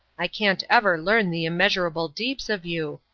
i can't ever learn the immeasurable deeps of you.